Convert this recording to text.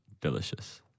Delicious